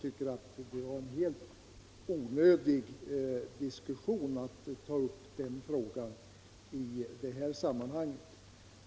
Det är en helt onödig diskussion att ta upp den frågan i detta sammanhang.